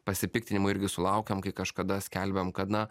pasipiktinimo irgi sulaukiam kai kažkada skelbėm kad na